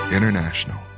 International